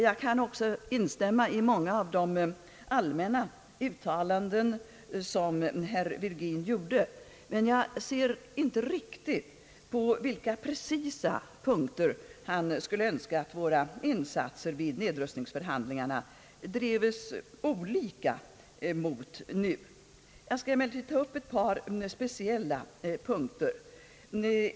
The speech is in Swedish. Jag kan också instämma i många av herr Virgins allmänna uttalanden, men jag ser inte riktigt på vilka precisa punkter han skulle önska att våra insatser vid nedrustningsförhandlingarna drevs olika mot nu. Jag skall emellertid ta upp ett par speciella frågor.